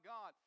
God